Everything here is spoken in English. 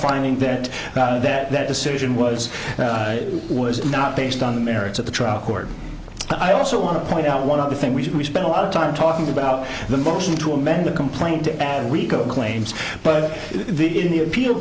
finding that that that decision was as not based on the merits of the trial court i also want to point out one other thing which we spent a lot of time talking about the motion to amend the complaint to add rico claims but the in the appeal